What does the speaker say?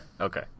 Okay